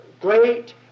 great